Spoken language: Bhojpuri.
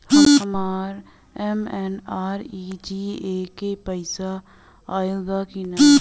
हमार एम.एन.आर.ई.जी.ए के पैसा आइल बा कि ना?